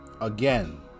Again